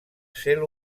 cel